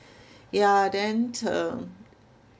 yeah then uh